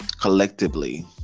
collectively